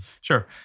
Sure